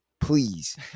Please